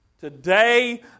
Today